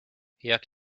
jak